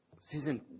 Susan